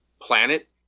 planet